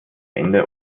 ende